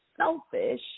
selfish